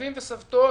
לסבים ולסבתות